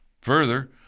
Further